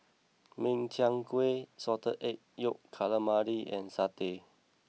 Min Chiang Kueh Salted Egg Yolk Calamari and Satay